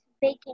baking